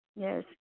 yes